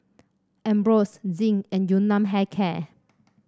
Ambros Zinc and Yun Nam Hair Care